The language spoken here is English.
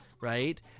right